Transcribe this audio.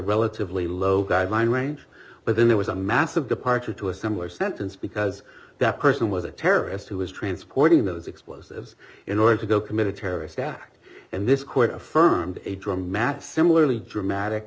relatively low guideline range but then there was a massive departure to a similar sentence because that person was a terrorist who was transporting those explosives in order to go commit a terrorist act and this quite affirmed a dramatic similarly dramatic